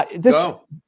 Go